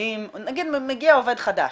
נגיד שמגיע עובד חדש,